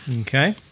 Okay